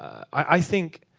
i think